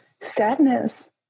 sadness